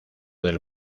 del